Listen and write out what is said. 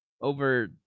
over